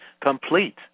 complete